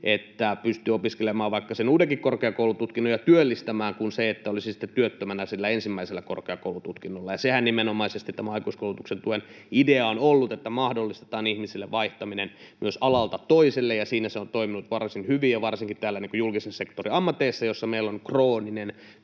että pystyy opiskelemaan vaikka sen uudenkin korkeakoulututkinnon ja työllistymään, kuin se, että olisi työttömänä sillä ensimmäisellä korkeakoulututkinnolla. Sehän nimenomaisesti tämän aikuiskoulutustuen idea on ollut, että mahdollistetaan ihmisille myös alalta toiselle vaihtaminen, ja siinä se on toiminut varsin hyvin varsinkin julkisen sektorin ammateissa, joissa meillä on krooninen